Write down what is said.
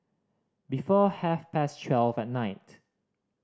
before half past twelve at night